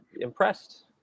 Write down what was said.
Impressed